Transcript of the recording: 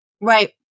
Right